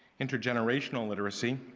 intergenerational literacy,